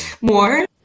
more